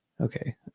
okay